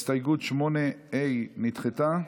הסתייגות 8 ה' נדחתה.